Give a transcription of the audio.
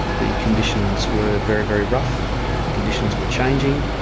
the conditions were very, very rough the conditions were changing.